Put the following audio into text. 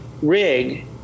rig